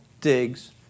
digs